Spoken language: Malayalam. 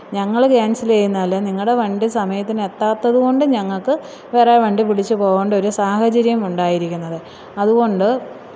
ഞങ്ങൾ ക്യാന്സല് ചെയ്യുന്നതല്ല നിങ്ങളുടെ വണ്ടി സമയത്തിന് എത്താത്തത് കൊണ്ട് ഞങ്ങൾക്ക് വേറെ വണ്ടി പിടിച്ച് പോവേണ്ട ഒരു സാഹചര്യം ഉണ്ടായിരിക്കുന്നത് അതുകൊണ്ട്